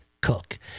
Cook